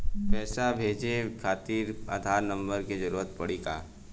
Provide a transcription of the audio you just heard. पैसे भेजे खातिर आधार नंबर के जरूरत पड़ी का?